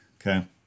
Okay